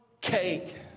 cake